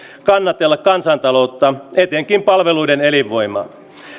kannatella kansantaloutta etenkin palveluiden elinvoimaa